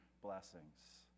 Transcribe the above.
blessings